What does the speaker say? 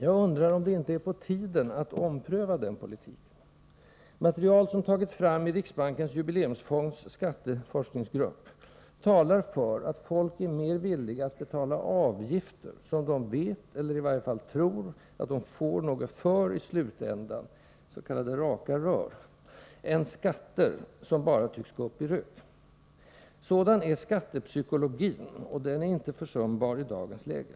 Jag undrar om det inte är på tiden att ompröva den politiken. Material som tagits fram i Riksbankens jubileumsfonds skatteforskningsgrupp talar för att människor är mer villiga att betala avgifter som de vet, eller i varje fall tror, att de får något för i slutändan — s.k. raka rör — än skatter som bara tycks gå upp i rök. Sådan är skattepsykologin, och den är inte försumbar i dagens läge.